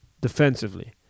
defensively